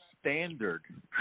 standard